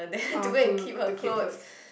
oh to to keep clothes